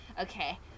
Okay